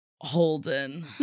Holden